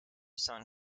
son